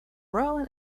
rowan